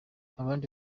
abandi